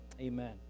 Amen